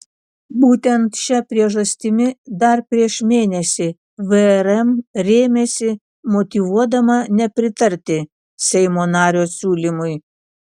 būtent šia priežastimi dar prieš mėnesį vrm rėmėsi motyvuodama nepritarti seimo nario siūlymui